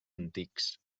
antics